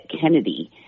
Kennedy